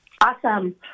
Awesome